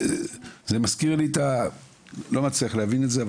לא מצליח להבין את זה,